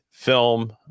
film